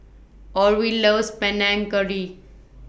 Orvil loves Panang Curry